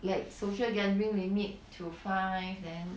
like social gathering limit to five then